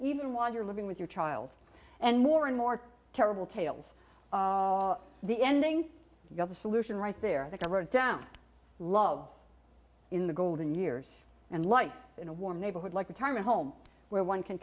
even while you're living with your child and more and more terrible tales the ending of the solution right there the cover down love in the golden years and life in a warm neighborhood like retirement home where one can